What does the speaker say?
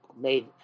made